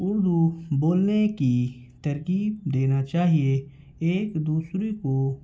اردو بولنے کی ترکیب دینا چاہیے ایک دوسرے کو